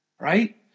right